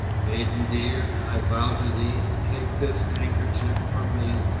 maiden dear, i bow to thee! take this handkerchief from me.